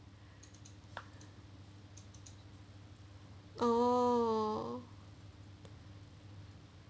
oh